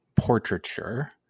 Portraiture